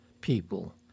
people